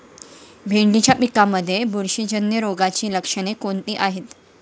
भेंडीच्या पिकांमध्ये बुरशीजन्य रोगाची लक्षणे कोणती आहेत?